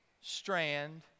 strand